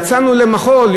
יצאנו למחול.